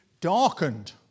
darkened